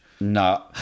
No